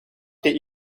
did